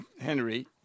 Henry